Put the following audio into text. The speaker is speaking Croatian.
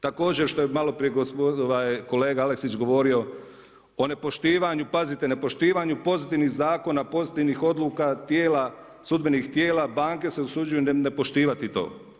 Također što je malo prije kolega Aleksić govorio o nepoštivanju, pazite nepoštivanju pozitivnih zakona, pozitivnih odluka sudbenih tijela, banke se usuđuju ne poštivati to.